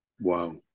Wow